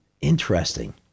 Interesting